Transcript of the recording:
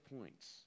points